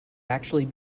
actually